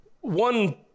one